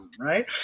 Right